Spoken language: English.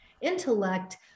intellect